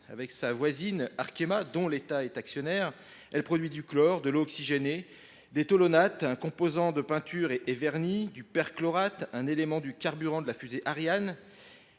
Avec sa voisine Arkema, dont l’État est actionnaire, elle produit du chlore, de l’eau oxygénée, des tolonates – des composants pour peintures et vernis – et du perchlorate, un élément du carburant de la fusée Ariane.